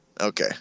Okay